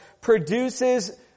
produces